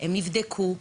הם יבדקו,